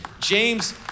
James